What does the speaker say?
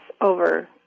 over